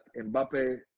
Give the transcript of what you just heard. Mbappe